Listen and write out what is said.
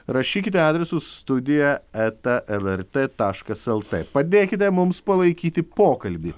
rašykite adresu studija eta lrt taškas lt padėkite mums palaikyti pokalbį